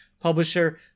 publisher